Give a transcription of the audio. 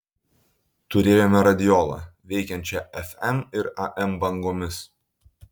turėjome radiolą veikiančią fm ir am bangomis